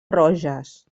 roges